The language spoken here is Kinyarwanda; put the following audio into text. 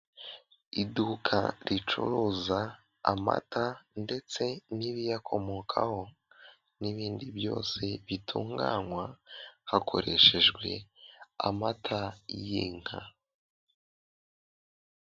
Iduka ricuruza amata ndetse n'ibiyakomokaho, n'ibindi byose bitunganywa hakoreshejwe amata y'inka.